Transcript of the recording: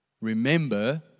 Remember